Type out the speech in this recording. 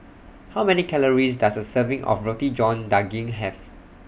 How Many Calories Does A Serving of Roti John Daging Have